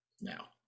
now